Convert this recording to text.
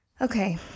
Okay